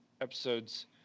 episodes